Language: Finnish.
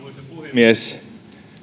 puhemies